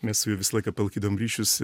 mes su juo visą laiką palaikydavom ryšius